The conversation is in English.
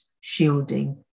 shielding